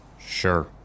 Sure